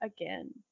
again